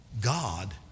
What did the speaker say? God